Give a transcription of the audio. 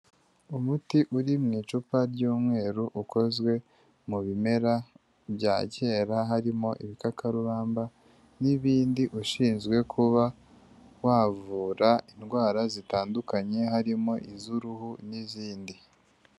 Umuti uri mu icupa ry'umweru ukozwe mu bimera bya kera, harimo ibikakarumba n'ibindi, ushinzwe kuba wavura indwara zitandukanye, harimo iz'uruhu n'izindi.